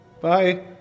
bye